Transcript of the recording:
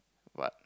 what